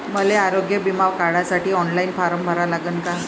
मले आरोग्य बिमा काढासाठी ऑनलाईन फारम भरा लागन का?